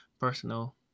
personal